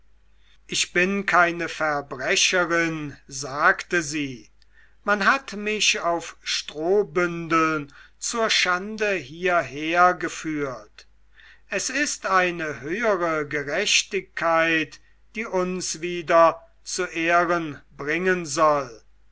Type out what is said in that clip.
ich bin keine verbrecherin sagte sie man hat mich auf strohbündeln zur schande hierher geführt es ist eine höhere gerechtigkeit die uns wieder zu ehren bringen soll